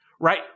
Right